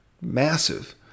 massive